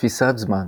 תפיסת זמן